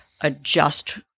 adjust